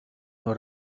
nur